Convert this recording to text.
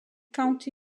county